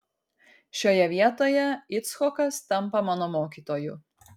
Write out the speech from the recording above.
šioje vietoje icchokas tampa mano mokytoju